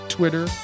Twitter